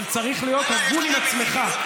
אבל צריך להיות הגון עם עצמך.